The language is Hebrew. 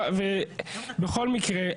בכל מקרה,